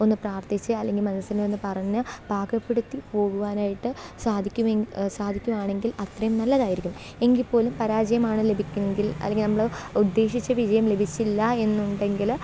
ഒന്ന് പ്രാര്ത്ഥിച്ച് അല്ലെങ്കിൽ മനസിനെ ഒന്ന് പറഞ്ഞ് പാകപ്പെടുത്തി പോകുവാനായിട്ട് സാധിക്കുമെ സാധിക്കുവാണെങ്കിൽ അത്രയും നല്ലതായിരിക്കും എങ്കില് പോലും പരാജയമാണ് ലഭിക്കുന്നതെങ്കിൽ അല്ലെങ്കിൽ നമ്മള് ഉദ്ദേശിച്ച വിജയം ലഭിച്ചില്ല എന്നുണ്ടെങ്കില്